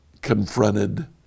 confronted